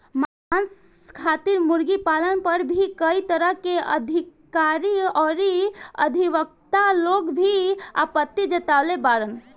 मांस खातिर मुर्गी पालन पर भी कई तरह के अधिकारी अउरी अधिवक्ता लोग भी आपत्ति जतवले बाड़न